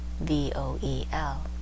v-o-e-l